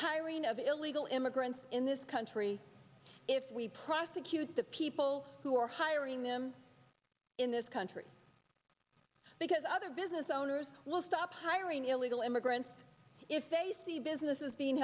hiring of illegal immigrants in this country if we prosecute the people who are hiring them in this country because other business owners will stop hiring illegal immigrants if they see business is being